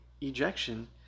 ejection